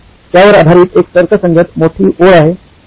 त्या वर आधारित एक तर्कसंगत मोठी ओळ आहे